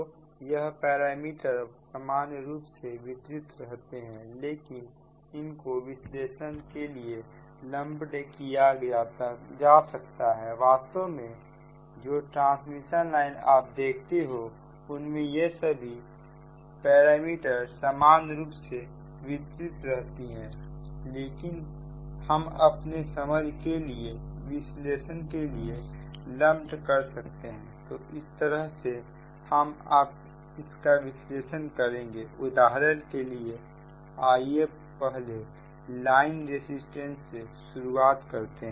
तो यह पैरामीटर सामान्य रूप से वितरित रहते हैं लेकिन इनको विश्लेषण के लिए लंपड किया जा सकता है वास्तव में जो ट्रांसमिशन लाइन आप देखते हो उनमें यह सभी पैरामीटर समान रूप से वितरित रहती हैं लेकिन हम अपने समझ के लिए विश्लेषण के लिए लंपड कर सकते हैं तो इस तरह से हम इसका विश्लेषण करेंगे उदाहरण के लिए आइए पहले लाइन रेसिस्टेंट से शुरुआत करें